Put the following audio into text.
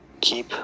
keep